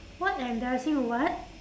what embarassing what